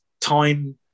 time